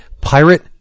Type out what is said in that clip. pirate